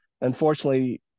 unfortunately